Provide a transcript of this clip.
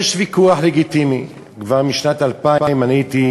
יש ויכוח לגיטימי, כבר משנת 2000. אני הייתי